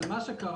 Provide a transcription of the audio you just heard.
אבל מה שקרה,